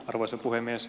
arvoisa puhemies